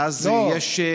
ואז יש,